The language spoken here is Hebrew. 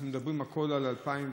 אנחנו מדברים על 2017,